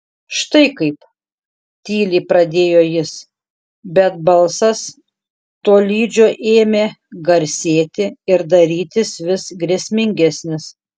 štai kaip tyliai pradėjo jis bet balsas tolydžio ėmė garsėti ir darytis vis grėsmingesnis